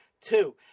two